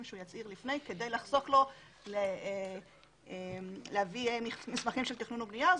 שהוא יצהיר לפני כדי לחסוך לו להביא מסמכים של תכנון ובנייה.